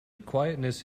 quietness